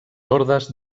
ordes